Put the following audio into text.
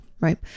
right